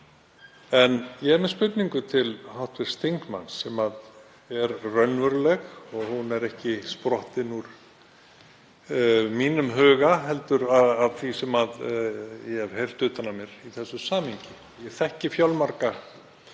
En ég er með spurningu til hv. þingmanns sem er raunveruleg og hún er ekki sprottin úr í mínum huga heldur af því sem ég hef heyrt utan að mér í þessu samhengi. Ég þekki fjölmarga